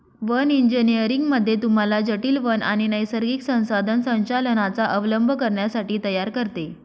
one engineering मध्ये तुम्हाला जटील वन आणि नैसर्गिक संसाधन संचालनाचा अवलंब करण्यासाठी तयार करते